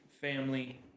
family